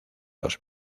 los